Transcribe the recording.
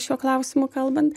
šiuo klausimu kalbant